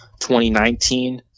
2019